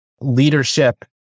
leadership